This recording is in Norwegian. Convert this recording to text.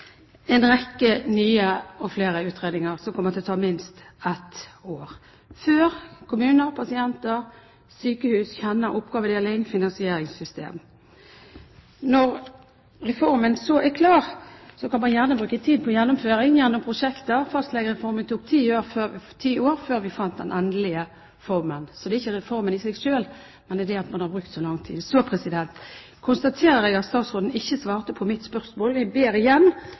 en rekke nye utredninger, og det kommer til å ta minst ett år før kommuner, sykehus og pasienter kjenner oppgavedeling og finansieringssystem. Når reformen så er klar, kan man gjerne bruke tid på gjennomføring gjennom prosjekter. Det tok ti år før fastlegereformen fant den endelige formen, så det er ikke reformen i seg selv, men det er det at man har brukt så lang tid. Så konstaterer jeg at statsråden ikke svarte på mitt spørsmål.